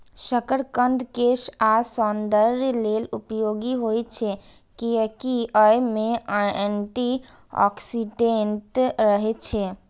शकरकंद केश आ सौंदर्य लेल उपयोगी होइ छै, कियैकि अय मे एंटी ऑक्सीडेंट रहै छै